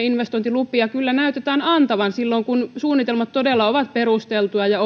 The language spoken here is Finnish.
investointilupia kyllä näytetään annettavan silloin kun suunnitelmat todella ovat perusteltuja ja